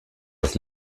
das